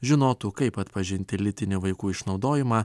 žinotų kaip atpažinti lytinį vaikų išnaudojimą